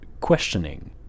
questioning